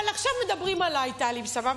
אבל עכשיו מדברים עליי, טלי, סבבה?